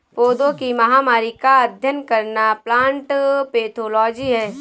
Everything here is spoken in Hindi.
पौधों की महामारी का अध्ययन करना प्लांट पैथोलॉजी है